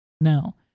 Now